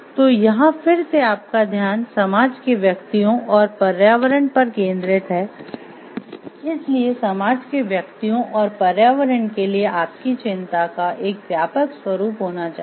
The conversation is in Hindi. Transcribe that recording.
तो यहाँ फिर से आपका ध्यान समाज के व्यक्तियों और पर्यावरण पर केंद्रित है इसलिए समाज के व्यक्तियों और पर्यावरण के लिए आपकी चिंता का एक व्यापक स्वरुप होना चाहिए